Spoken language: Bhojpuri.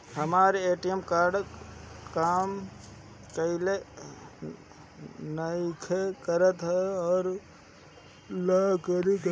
हमर ए.टी.एम कार्ड काम नईखे करत वोकरा ला का करी?